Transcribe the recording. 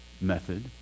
method